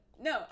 no